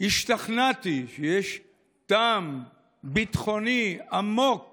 השתכנעתי שיש טעם ביטחוני עמוק